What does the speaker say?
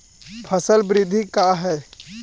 फसल वृद्धि का है?